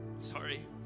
sorry